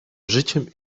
życiem